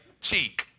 cheek